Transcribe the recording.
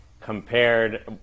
compared